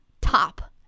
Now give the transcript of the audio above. top